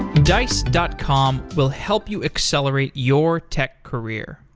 dice dot com will help you accelerate your tech career.